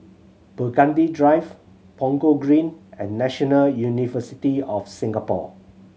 Burgundy Drive Punggol Green and National University of Singapore